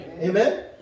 Amen